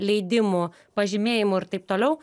leidimų pažymėjimų ir taip toliau